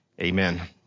amen